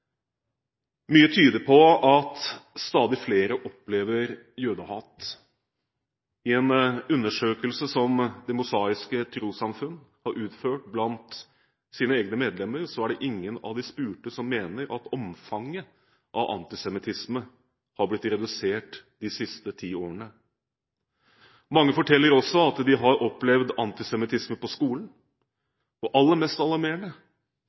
Mye tyder på at stadig flere opplever jødehat. I en undersøkelse som Det Mosaiske Trossamfund har utført blant sine egne medlemmer, er det ingen av de spurte som mener at omfanget av antisemittisme har blitt redusert de siste ti årene. Mange forteller også at de har opplevd antisemittisme på skolen, og aller mest